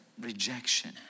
rejection